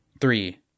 Three